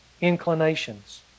inclinations